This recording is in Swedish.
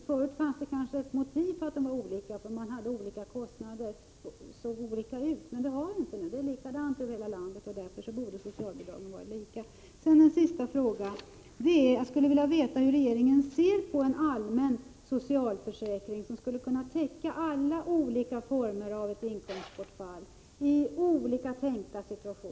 Förut fanns det kanske ett motiv för att socialbidragen var olika, därför att kostnaderna varierade från kommun till kommun, men så är det inte nu. Kostnaderna är likadana över hela landet. Därför borde också socialbidragen vara lika stora. En sista fråga: Hur ser regeringen på en allmän socialförsäkring, som skulle kunna täcka alla former av inkomstbortfall i olika tänkta situationer?